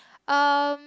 um